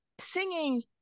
singing